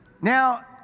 now